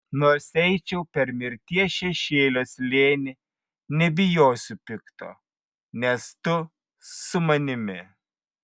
nors eičiau per mirties šešėlio slėnį nebijosiu pikto nes tu su manimi